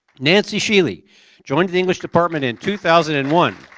nancy sheley joined the english department in two thousand and one.